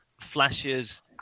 flashes